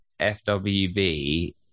fwb